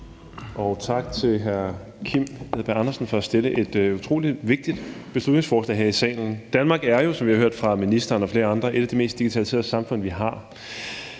og tak til hr. Kim Edberg Andersen for at stille et utrolig vigtigt beslutningsforslag her i salen. Danmark er jo, som vi har hørt fra ministeren og flere andre, et af de mest digitaliserede samfund, vi har.